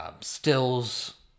stills